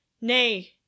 nay